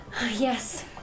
Yes